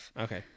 Okay